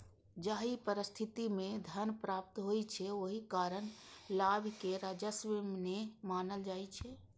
जाहि परिस्थिति मे धन प्राप्त होइ छै, ओहि कारण लाभ कें राजस्व नै मानल जाइ छै